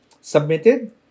submitted